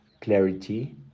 clarity